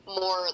more